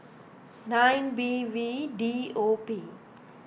nine B V D O P